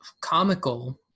comical